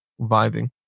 vibing